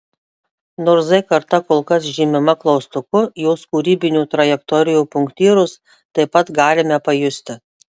nors z karta kol kas žymima klaustuku jos kūrybinių trajektorijų punktyrus taip pat galime pajusti